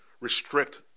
restrict